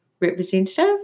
representative